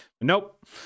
Nope